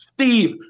Steve